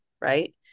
right